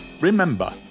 Remember